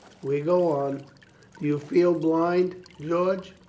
we go on. do you feel blind, george?